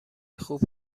خوب